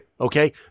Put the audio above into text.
Okay